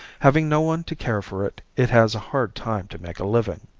having no one to care for it, it has a hard time to make a living.